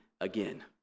again